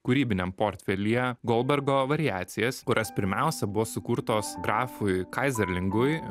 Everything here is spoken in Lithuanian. kūrybiniam portfelyje goldbergo variacijas kurios pirmiausia buvo sukurtos grafui kaizerlingui